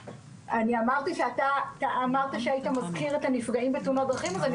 אמרתי שאתה היית מזכיר את הנפגעים בתאונות דרכים אז אני